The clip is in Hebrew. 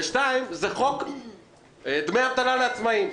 והשנייה היא הצעת חוק דמי אבטלה לעצמאים.